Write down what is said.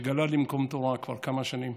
שגלה למקום תורה כבר כמה שנים,